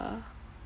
uh